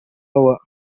over